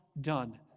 done